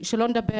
שלא נדבר,